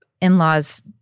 in-laws